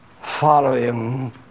following